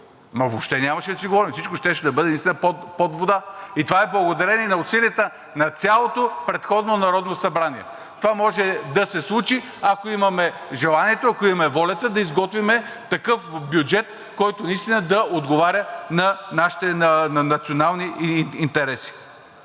въобще нямаше да си говорим, всичко щеше да бъде наистина под вода. И това е благодарение на усилията на цялото предходно Народно събрание. Това може да се случи, ако имаме желанието, ако имаме волята да изготвим такъв бюджет, който наистина да отговаря на нашите национални интереси.